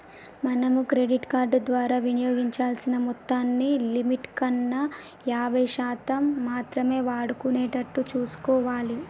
మనం credit card ద్వారా వినియోగించాల్సిన మొత్తాన్ని లిమిట్ కన్నా యాభై శాతం మాత్రమే వాడుకునేటట్లు చూసుకోవాలి